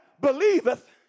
believeth